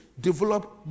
develop